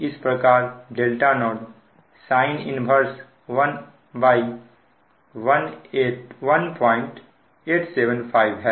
इसी प्रकार δ0 sin 111875 है